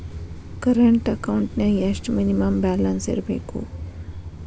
Current ಅಕೌಂಟೆಂನ್ಯಾಗ ಎಷ್ಟ minimum balance ಇರ್ಬೇಕು?